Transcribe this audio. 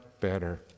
better